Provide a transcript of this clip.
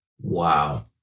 Wow